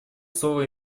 слово